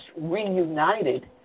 reunited